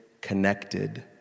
connected